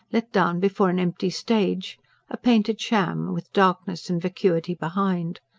let down before an empty stage a painted sham, with darkness and vacuity behind.